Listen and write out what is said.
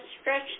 stretch